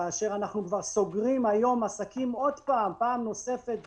כאשר היום אנחנו סוגרים עסקים פעם נוספת,